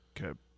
Okay